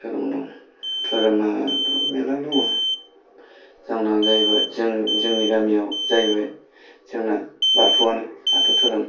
धोरोमाबो मेरला दङ जोंना जाहैबाय जोंनि गामियाव जाहैबाय जोंना बाथौआनो बाथौ धोरोम